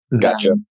Gotcha